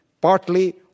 partly